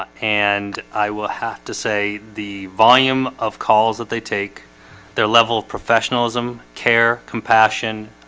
ah and i will have to say the volume of calls that they take their level of professionalism care compassion